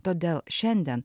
todėl šiandien